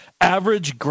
Average